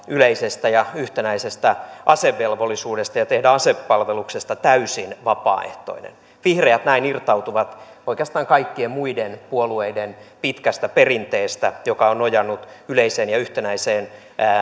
yleisestä ja yhtenäisestä asevelvollisuudesta ja tehdä asepalveluksesta täysin vapaaehtoinen vihreät näin irtautuvat oikeastaan kaikkien muiden puolueiden pitkästä perinteestä joka on nojannut yleiseen ja yhtenäiseen